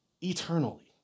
eternally